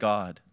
God